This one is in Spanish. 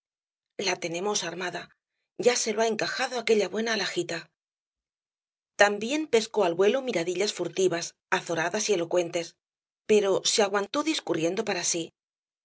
la tenemos armada ya se lo ha encajado aquella buena alhajita también pescó al vuelo miradillas furtivas azoradas y elocuentes pero se aguantó discurriendo para sí